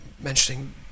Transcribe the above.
mentioning